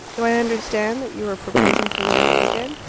do i understand that you are proposing to marry again?